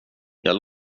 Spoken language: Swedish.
jag